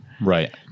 Right